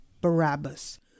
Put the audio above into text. Barabbas